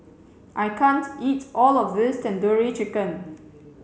I can't eat all of this Tandoori Chicken